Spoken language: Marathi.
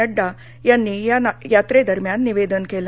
नङ्डा यांनी या यात्रेदरम्यान निवेदन केलं